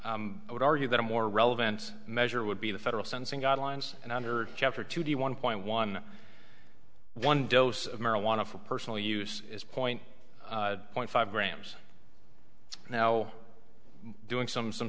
i would argue that a more relevant measure would be the federal sentencing guidelines and under chapter two the one point one one dose of marijuana for personal use is point point five grams now doing some some